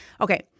Okay